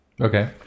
Okay